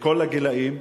לכל הגילאים,